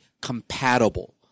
compatible